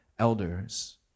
Elders